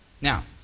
Now